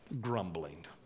grumbling